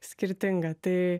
skirtingą tai